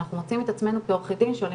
אנחנו מוצאים את עצמנו כעורכי דין שואלים